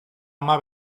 ama